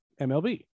MLB